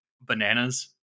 bananas